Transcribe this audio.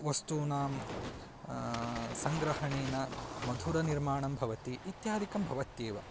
वस्तूनां सङ्ग्रहणेन मधुरनिर्माणं भवति इत्यादिकं भवत्येव